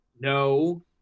No